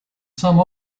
some